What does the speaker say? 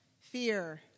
fear